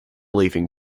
leaving